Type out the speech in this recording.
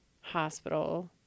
hospital